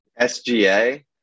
SGA